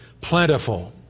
plentiful